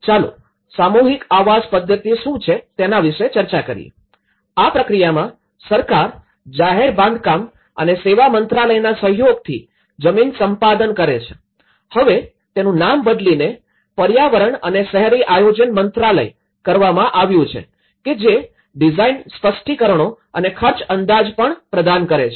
ચાલો સામૂહિક આવાસ પદ્ધતિ શું છે તેના વિષે ચર્ચા કરીયે આ પ્રક્રિયામાં સરકાર જાહેર બાંધકામ અને સેવા મંત્રાલયના સહયોગથી જમીન સંપાદન કરે છે હવે તેનું નામ બદલીને પર્યાવરણ અને શહેરી આયોજન મંત્રાલય કરવામાં આવ્યું છે કે જે ડિઝાઇન સ્પષ્ટીકરણો અને ખર્ચ અંદાજ પણ પ્રદાન કરે છે